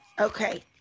Okay